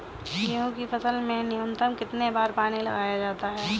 गेहूँ की फसल में न्यूनतम कितने बार पानी लगाया जाता है?